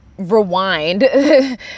rewind